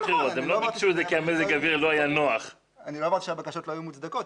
אני לא אמרתי שהבקשות לא היו מוצדקות,